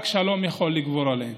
רק שלום יכול לגבור עליהן.